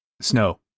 snow